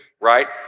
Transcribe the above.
right